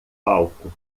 palco